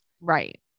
Right